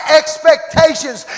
expectations